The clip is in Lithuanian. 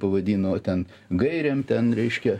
pavadino ten gairėm ten reiškia